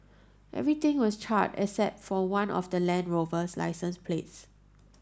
everything was charred except for one of the Land Rover's licence plates